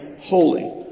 holy